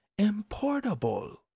importable